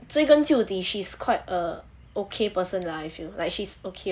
追根究底 she's quite a okay person lah I feel like she's okay lor